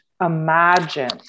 imagine